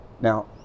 now